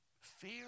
Fear